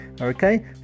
Okay